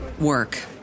work